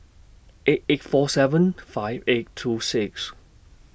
eight eight four seven five eight two six